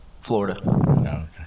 Florida